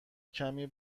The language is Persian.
کمی